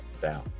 down